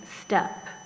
step